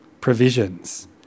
provisions